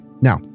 Now